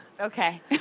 Okay